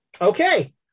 Okay